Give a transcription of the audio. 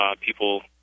people